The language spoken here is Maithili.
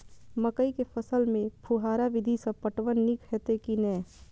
मकई के फसल में फुहारा विधि स पटवन नीक हेतै की नै?